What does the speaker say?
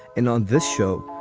and on this show,